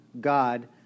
God